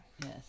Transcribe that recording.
Yes